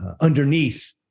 underneath